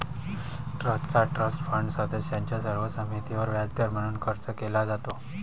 ट्रस्टचा trust fund सदस्यांच्या सर्व संमतीवर व्याजदर म्हणून खर्च केला जातो